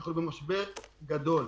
אנחנו במשבר גדול.